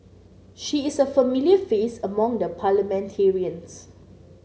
she is a familiar face among the parliamentarians